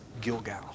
Gilgal